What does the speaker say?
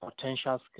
potential